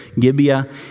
Gibeah